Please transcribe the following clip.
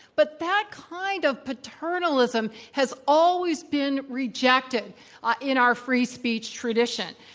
but that kind of paternalism has always been rejected in our free speech tradition.